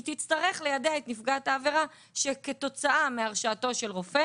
תצטרך ליידע את נפגעת העבירה שכתוצאה מהרשעתו של רופא